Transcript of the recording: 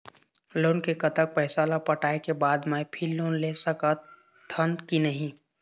Loan के कतक पैसा ला पटाए के बाद मैं फिर लोन ले सकथन कि नहीं?